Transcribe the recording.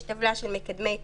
יש טבלה של מקדמי תפוסה.